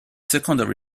secondary